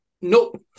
nope